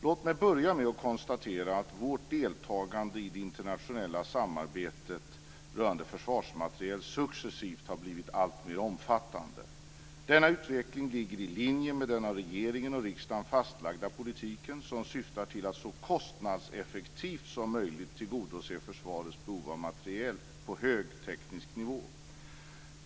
Låt mig börja med att konstatera att vårt deltagande i det internationella samarbetet rörande försvarsmateriel successivt har blivit alltmer omfattande. Denna utveckling ligger i linje med den av regeringen och riksdagen fastlagda politiken, som syftar till att så kostnadseffektivt som möjligt tillgodose försvarets behov av materiel på hög teknisk nivå.